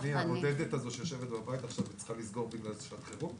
הבודדת הזו שיושבת בבית עכשיו צריכה לסגור בגלל שעת חירום?